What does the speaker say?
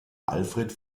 alfred